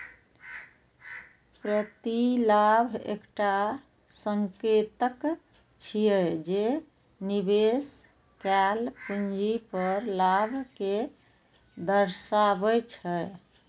प्रतिलाभ एकटा संकेतक छियै, जे निवेश कैल पूंजी पर लाभ कें दर्शाबै छै